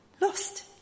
lost